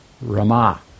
Rama